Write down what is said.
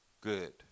good